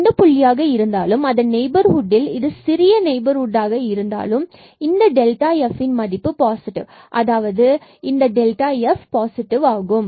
எந்த புள்ளியாக இருந்தாலும் அதன் நெய்பர்ஹூட்டில் இது சிறிய நெய்பர்ஹுட் இருந்தாலும் இதன் f மதிப்பு பாசிட்டிவ் அதாவது இது f பாசிடிவ் ஆகும்